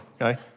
okay